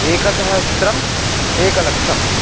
एकसहस्त्रम् एकलक्षम्